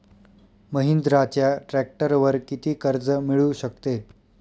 महिंद्राच्या ट्रॅक्टरवर किती कर्ज मिळू शकते?